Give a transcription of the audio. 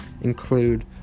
include